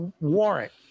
warrant